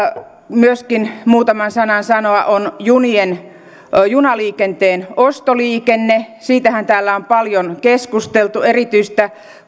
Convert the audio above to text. myöskin haluan muutaman sanan sanoa on junaliikenteen ostoliikenne siitähän täällä on paljon keskusteltu erityistä